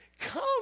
Come